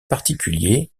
particuliers